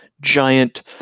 giant